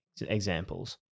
examples